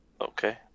Okay